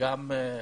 וגם את